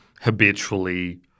habitually